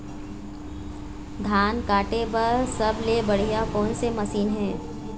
धान काटे बर सबले बढ़िया कोन से मशीन हे?